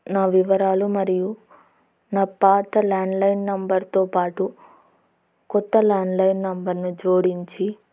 నా వివరాలు మరియు నా పాత ల్యాండ్లైన్ నెంబర్తో పాటు కొత్త ల్యాండ్లైన్ నెంబర్ని జోడించి